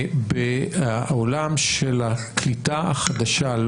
בעולם של הקליטה החדשה,